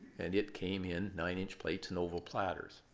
and it came in nine inch plates and oval platters.